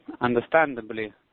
understandably